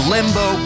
Limbo